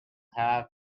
have